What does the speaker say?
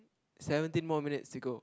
seventeen more minutes to go